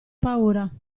paura